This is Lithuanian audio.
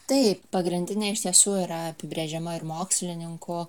taip pagrindinė iš tiesų yra apibrėžiama ir mokslininkų